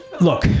look